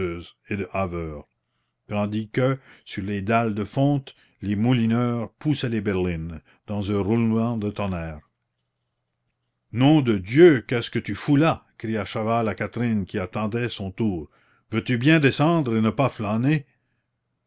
et de haveurs tandis que sur les dalles de fonte les moulineurs poussaient les berlines dans un roulement de tonnerre nom de dieu qu'est-ce que tu fous là cria chaval à catherine qui attendait son tour veux-tu bien descendre et ne pas flâner